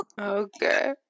Okay